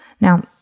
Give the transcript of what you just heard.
Now